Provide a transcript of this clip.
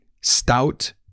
stout